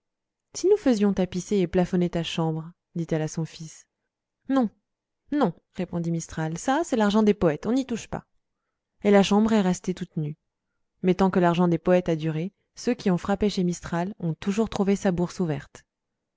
si nous faisions tapisser et plafonner ta chambre dit-elle à son fils non non répondit mistral ça c'est l'argent des poètes on n'y touche pas et la chambre est restée toute nue mais tant que l'argent des poètes a duré ceux qui ont frappé chez mistral ont toujours trouvé sa bourse ouverte